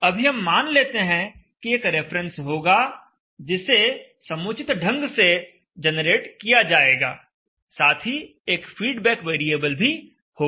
अभी हम मान लेते हैं कि एक रेफरेंस होगा जिसे समुचित ढंग से जनरेट किया जाएगा साथ ही एक फीडबैक वेरिएबल भी होगा